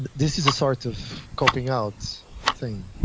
this is a sort of copping out thing.